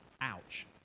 Ouch